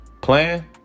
plan